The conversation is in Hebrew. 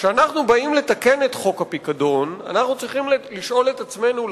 כשאנחנו באים לתקן את חוק הפיקדון אנחנו צריכים לשאול את עצמנו,